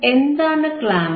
എന്താണ് ക്ലാംപർ